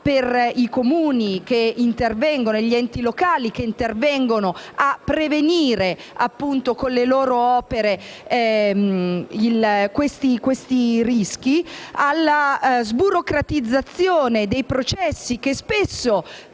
per i Comuni e gli enti locali che intervengono a prevenire con le loro opere i rischi alla sburocratizzazione dei processi che spesso